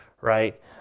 right